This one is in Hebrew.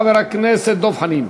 חבר הכנסת דב חנין.